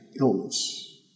illness